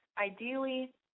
ideally